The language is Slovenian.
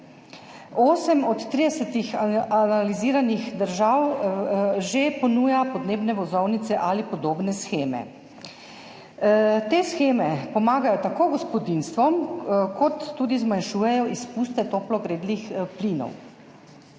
Osem od 30 analiziranih držav že ponuja podnebne vozovnice ali podobne sheme. Te sheme tako pomagajo gospodinjstvom kot tudi zmanjšujejo izpuste toplogrednih plinov.